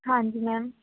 ਹਾਂਜੀ ਮੈਮ